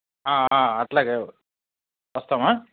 అట్లాగే వస్తాము